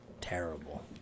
terrible